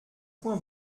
point